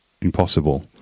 impossible